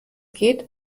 geht